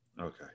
Okay